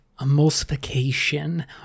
emulsification